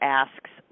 asks